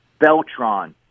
Beltron